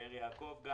באר יעקב.